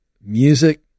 Music